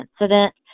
incident